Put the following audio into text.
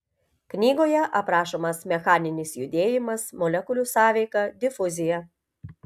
knygoje aprašomas mechaninis judėjimas molekulių sąveika difuzija